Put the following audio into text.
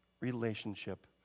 relationship